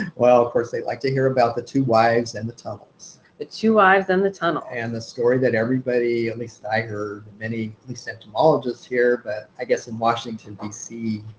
well of course they like to hear about the two wives and the tunnels. the two wives and the tunnels. and the story that everybody, at least i heard, many at least entomologists here, but i guess in washington, dc